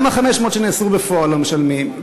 גם ה-500 שנאסרו בפועל לא משלמים,